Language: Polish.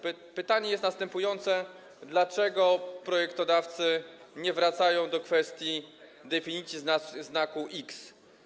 Pytanie jest następujące: Dlaczego projektodawcy nie wracają do kwestii definicji znaku X?